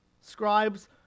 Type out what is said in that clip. Scribes